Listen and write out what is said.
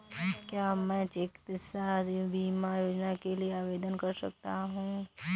क्या मैं चिकित्सा बीमा योजना के लिए आवेदन कर सकता हूँ?